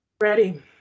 Ready